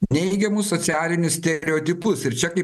neigiamus socialinius stereotipus ir čia kai